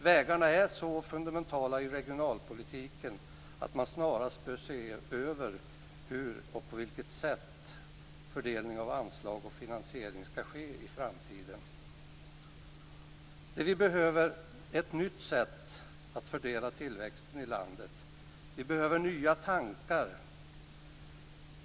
Vägarna är så fundamentala i regionalpolitiken att man snarast bör se över hur och på vilket sätt fördelning av anslag och finansiering ska ske i framtiden. Det vi behöver är ett nytt sätt att fördela tillväxten i landet. Vi behöver nya tankar.